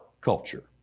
culture